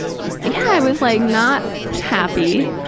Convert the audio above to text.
yeah, i was like not happy,